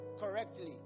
correctly